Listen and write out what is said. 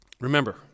Remember